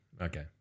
okay